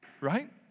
right